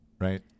right